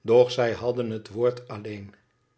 doch zij hadden het woord alleen